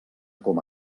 com